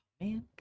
Man